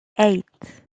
eight